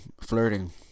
flirting